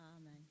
Amen